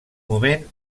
moment